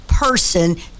Person